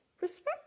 respect